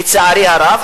לצערי הרב,